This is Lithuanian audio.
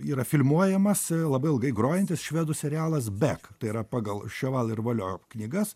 yra filmuojamas labai ilgai grojantis švedų serialas bek tai yra pagal šioval ir valio knygas